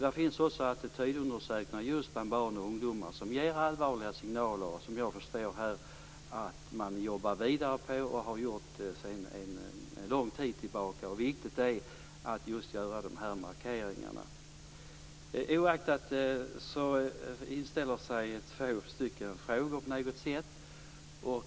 Det finns attitydundersökningar bland barn och ungdomar som ger allvarliga signaler som man, såvitt jag förstår, jobbar vidare på och har gjort sedan en lång tid tillbaka. Det är viktigt att göra markeringar. Oaktat det inställer sig tre frågor.